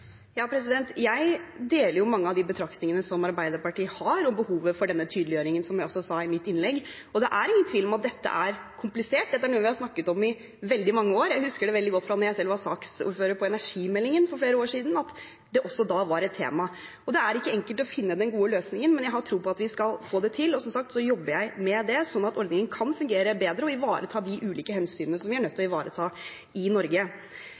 er ingen tvil om at dette er komplisert. Dette er noe vi har snakket om i veldig mange år. Jeg husker veldig godt fra da jeg var saksordfører for energimeldingen for flere år siden, at det også da var et tema. Det er ikke enkelt å finne den gode løsningen, men jeg har tro på at vi skal få det til. Som sagt jobber jeg med det, sånn at ordningen kan fungere bedre og ivareta de ulike hensynene vi er nødt til å ivareta i Norge.